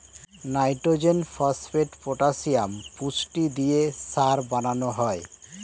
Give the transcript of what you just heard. nitrogen, phosphate, potassium পুষ্টি দিয়ে সার বানানো হয়